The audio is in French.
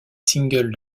single